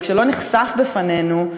רק שלא נחשף בפנינו,